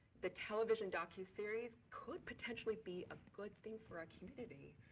the television docu series could potentially be a good thing for our community.